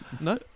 No